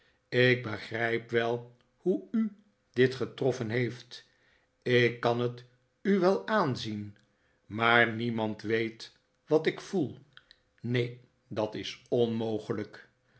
ik begrijp wel hoe u dit getroffen heeft ik kan het u wel aanzien maar niemand weet wat ik voel neen dat is onmogelijk